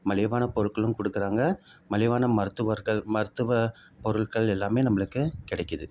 மலிவான பொருட்களும் கொடுக்குறாங்க மலிவான மருத்துவர்கள் மருத்துவ பொருட்கள் எல்லாமே நம்மளுக்கு கிடைக்குது